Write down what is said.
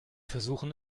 versuchen